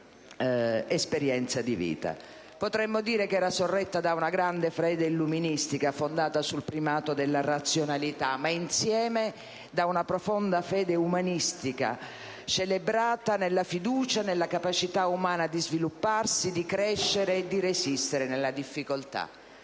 Potremmo dire che era sorretta da una grande fede illuministica, fondata sul primato della razionalità, ma insieme da una profonda fede umanistica, celebrata nella fiducia e nella capacità umana di svilupparsi, di crescere e di resistere nella difficoltà.